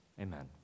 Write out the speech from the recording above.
amen